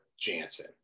Jansen